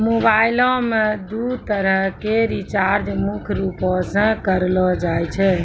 मोबाइलो मे दू तरह के रीचार्ज मुख्य रूपो से करलो जाय छै